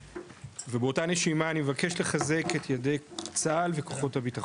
ובאותה נשימה אני מבקש לחזק את ידי צה"ל וכוחות הביטחון.